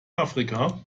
afrika